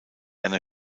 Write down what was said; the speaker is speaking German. einer